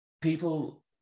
People